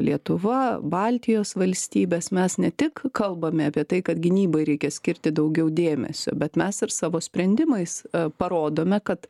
lietuva baltijos valstybės mes ne tik kalbame apie tai kad gynybai reikia skirti daugiau dėmesio bet mes ir savo sprendimais parodome kad